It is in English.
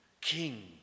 King